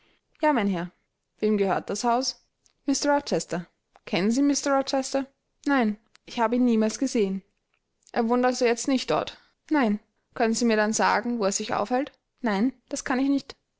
ja mein herr wem gehört das haus mr rochester kennen sie mr rochester nein ich habe ihn niemals gesehen er wohnt also jetzt nicht dort nein können sie mir denn sagen wo er sich aufhält nein das kann ich nicht